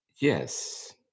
Yes